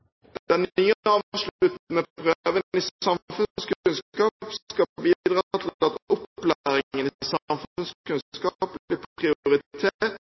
Den nye avsluttende prøven i samfunnskunnskap skal bidra til at opplæringen i samfunnskunnskap blir prioritert